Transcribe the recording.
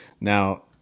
now